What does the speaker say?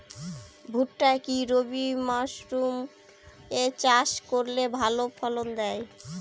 ভুট্টা কি রবি মরসুম এ চাষ করলে ভালো ফলন দেয়?